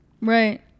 Right